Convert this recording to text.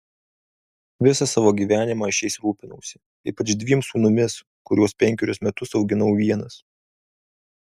visą savo gyvenimą aš jais rūpinausi ypač dviem sūnumis kuriuos penkerius metus auginau vienas